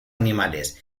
animales